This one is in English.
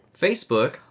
Facebook